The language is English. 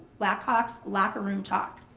blackhawks locker room talk.